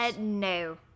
no